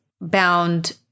bound